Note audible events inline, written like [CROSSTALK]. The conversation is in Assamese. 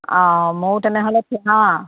অঁ মইও তেনেহ'লে [UNINTELLIGIBLE]